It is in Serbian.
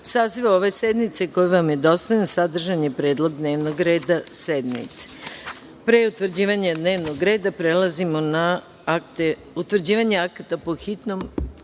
sazivu ove sednice, koji vam je dostavljen, sadržan je predlog dnevnog reda sednice. Pre utvrđivanja dnevnog reda, prelazimo na utvrđivanje akata po hitnom